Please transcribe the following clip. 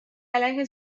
علیه